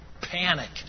panic